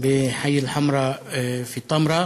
בחי אל-חמרא פי תמרה.